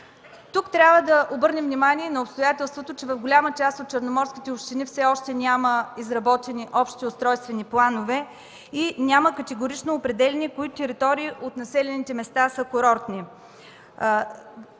Тук трябва да обърнем внимание и на обстоятелството, че в голяма част от черноморските общини все още няма изработени общи устройствени планове и няма категорично определение кои територии от населените места са курортни.